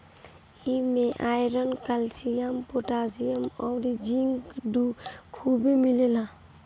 इमे iron, calcium, potassium अउरी zinc खुबे मिलेला